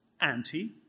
anti